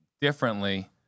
differently